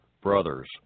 brothers